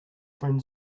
friend